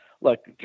Look